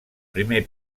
primer